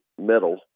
metal